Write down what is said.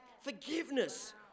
Forgiveness